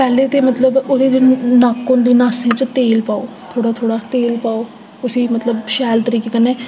पैह्लें ते मतलब नक्क होंदी ओह्दी नास्सें च तेल पाओ थोह्ड़ा थोह्ड़ा तेल पाओ उसी मतलब शैल तरीके कन्नै